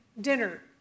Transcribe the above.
dinner